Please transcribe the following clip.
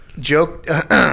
Joke